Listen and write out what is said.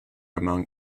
among